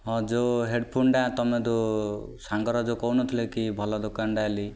ହଁ ଯୋଉ ହେଡଫୋନ୍ଟା ତୁମର ଯୋଉ ସାଙ୍ଗର ଯୋଉ କହୁନଥିଲ କି ଭଲ ଦୋକାନଟା ବୋଲି